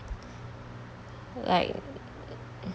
like